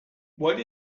what